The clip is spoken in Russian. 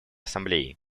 ассамблеей